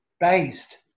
based